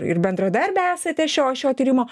ir bendradarbė esate šio šio tyrimo